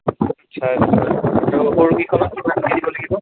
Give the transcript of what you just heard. নিশ্চয় আৰু সৰু কেইখনত কিমানকে দিব লাগিব